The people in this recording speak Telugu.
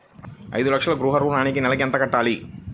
ఐదు లక్షల గృహ ఋణానికి నెలకి ఎంత కట్టాలి?